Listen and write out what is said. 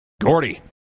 Gordy